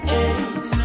eight